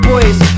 Boys